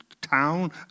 town